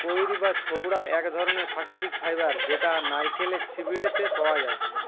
কইর বা ছোবড়া এক ধরণের প্রাকৃতিক ফাইবার যেটা নারকেলের ছিবড়ে তে পাওয়া যায়টে